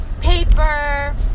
paper